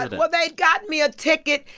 god. well, they got me a ticket,